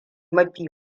mafi